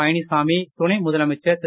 பழனிச்சாமி துணை முதலமைச்சர் திரு